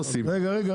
הדיון.